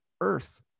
Earth